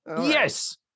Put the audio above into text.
Yes